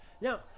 now